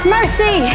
Mercy